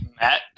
Matt